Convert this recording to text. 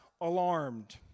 alarmed